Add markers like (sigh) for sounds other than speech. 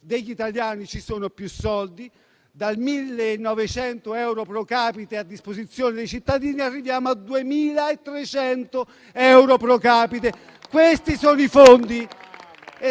degli italiani ci sono più soldi: dai 1.900 euro *pro capite* a disposizione dei cittadini arriviamo a 2.300 euro *pro capite*. (applause) Questi sono i fondi.